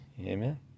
amen